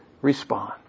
respond